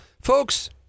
Folks